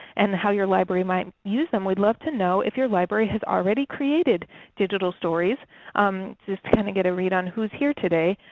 and how your library might use them, we'd like to know if your library has already created digital stories just to kind of get a read on who is here today.